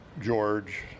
George